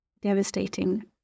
devastating